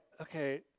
okay